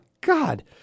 God